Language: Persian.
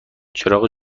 چراغ